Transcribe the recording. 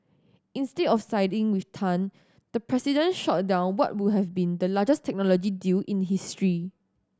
instead of siding with Tan the president shot down what would have been the largest technology deal in history